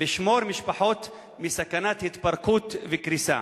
לשמור משפחות מסכנת התפרקות וקריסה.